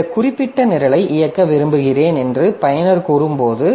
இந்த குறிப்பிட்ட நிரலை இயக்க விரும்புகிறேன் என்று பயனர் கூறும்போது